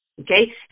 Okay